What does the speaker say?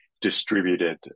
distributed